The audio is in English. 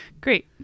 great